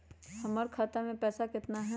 हमर खाता मे पैसा केतना है?